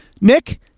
Nick